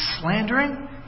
slandering